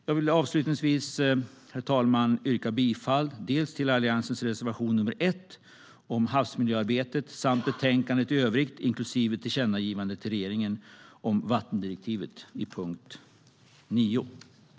Jag vill avslutningsvis, herr talman, yrka bifall till Alliansens reservation 1 om havsmiljöarbetet samt utskottets förslag i övrigt inklusive tillkännagivandet till regeringen om vattendirektivet under punkt 9.